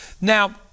Now